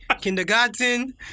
kindergarten